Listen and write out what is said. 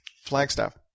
Flagstaff